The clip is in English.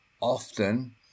often